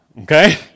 okay